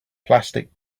plastic